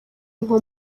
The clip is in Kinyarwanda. nko